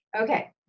Okay